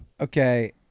Okay